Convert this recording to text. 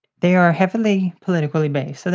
they are heavily politically based. and